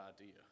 idea